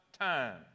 time